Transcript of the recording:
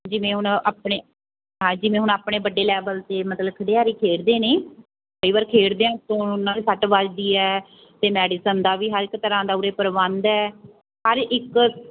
ਜਿਵੇਂ ਹੁਣ ਆਪਣੇ ਹਾਂ ਜਿਵੇਂ ਹੁਣ ਆਪਣੇ ਵੱਡੇ ਲੈਵਲ 'ਤੇ ਮਤਲਬ ਖਿਡਾਰੀ ਖੇਡਦੇ ਨੇ ਕਈ ਵਾਰ ਖੇਡਦਿਆਂ ਤੋਂ ਉਹਨਾਂ ਦੇ ਸੱਟ ਵੱਜਦੀ ਹੈ ਤਾਂ ਮੈਡੀਸਨ ਦਾ ਵੀ ਹਰ ਇਕ ਤਰ੍ਹਾਂ ਦਾ ਉਰੇ ਪ੍ਰਬੰਧ ਹੈ ਹਰ ਇੱਕ